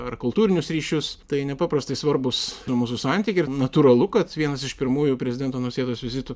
ar kultūrinius ryšius tai nepaprastai svarbūs mūsų santykiui ir natūralu kad vienas iš pirmųjų prezidento nausėdos vizitų